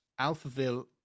Alphaville